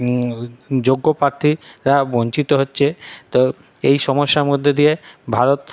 যোগ্য প্রার্থীরা বঞ্চিত হচ্ছে তো এই সমস্যার মধ্যে দিয়ে ভারত